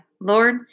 Lord